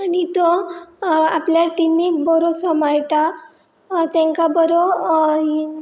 आनी तो आपल्या टिमीक बरो सांबाळटा तांकां बरो